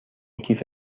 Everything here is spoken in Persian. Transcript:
کیف